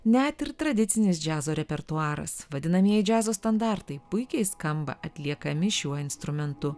net ir tradicinis džiazo repertuaras vadinamieji džiazo standartai puikiai skamba atliekami šiuo instrumentu